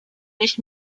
nicht